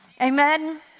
Amen